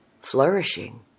flourishing